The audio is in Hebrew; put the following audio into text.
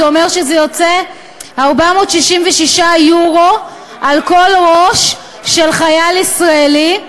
זה אומר 466 יורו על כל ראש של חייל ישראלי.